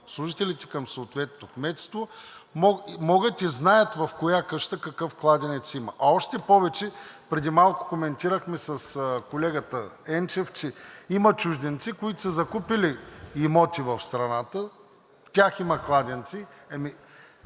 служителите към съответното кметство могат и знаят в коя къща какъв кладенец има. Още повече – преди малко коментирахме с колегата Енчев, че има чужденци, които са закупили имоти в страната. В тях има кладенци.